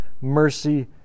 mercy